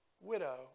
widow